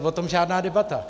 O tom žádná debata.